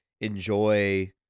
enjoy